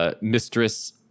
Mistress